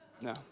No